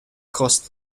caused